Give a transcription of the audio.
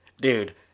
dude